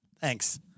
Thanks